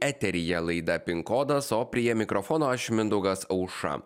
eteryje laida pin kodas o prie mikrofono aš mindaugas aušra